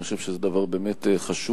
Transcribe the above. אני חושב שזה באמת חשוב.